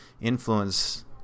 influence